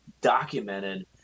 documented